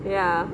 ya